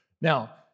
Now